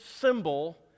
symbol